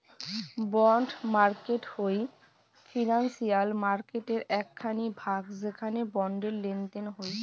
bond market হই financial মার্কেটের এক খানি ভাগ যেখানে বন্ডের লেনদেন হই